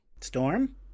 Storm